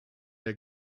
der